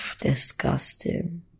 Disgusting